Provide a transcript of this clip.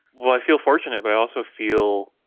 well, i feel fortunate but i also feel,